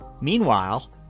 Meanwhile